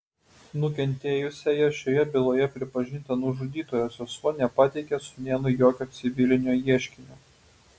nukentėjusiąja šioje byloje pripažinta nužudytojo sesuo nepateikė sūnėnui jokio civilinio ieškinio